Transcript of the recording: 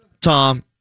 Tom